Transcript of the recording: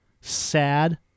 sad